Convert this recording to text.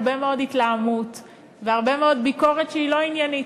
הרבה מאוד התלהמות והרבה מאוד ביקורת לא עניינית,